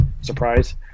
surprise